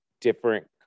different